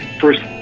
first